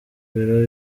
biro